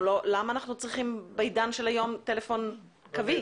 למה בעידן של היום אנחנו צריכים טלפון קווי?